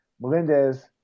Melendez